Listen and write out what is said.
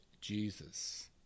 Jesus